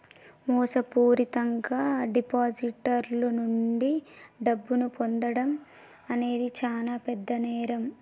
మోసపూరితంగా డిపాజిటర్ల నుండి డబ్బును పొందడం అనేది చానా పెద్ద నేరం